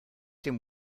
dem